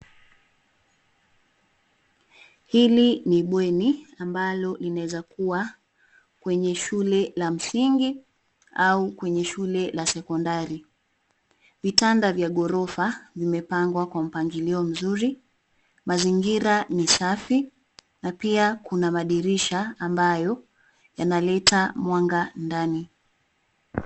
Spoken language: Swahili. Hili ni bweni ambalo linaweza kuwa kwenye shule la msingi au kwenye shule la sekondari. Vitanda vya gorofa vimepangwa kwa mpangilio mzuri. Mazingira ni safi na pia kuna madirisha ambayo yanaleta mwanga ndani.